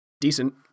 decent